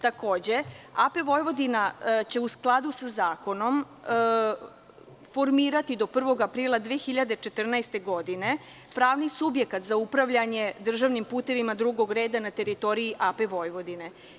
Takođe, AP Vojvodina će u skladu sa zakonom formirati do 1. aprila 2014. godine pravni subjekat za upravljanje državnim putevima drugog reda na teritoriji AP Vojvodine.